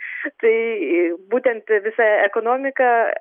šitai būtent visa ekonomika